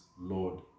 Lord